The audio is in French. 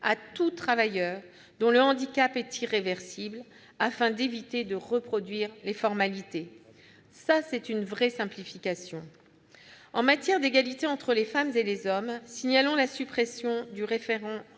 à tout travailleur dont le handicap est irréversible, afin d'éviter de reproduire les formalités. C'est une vraie simplification. En matière d'égalité entre les femmes et les hommes, signalons la suppression du « référent